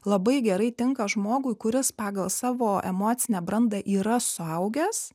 labai gerai tinka žmogui kuris pagal savo emocinę brandą yra suaugęs